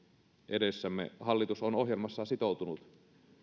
edessämme hallitus on ohjelmassaan sitoutunut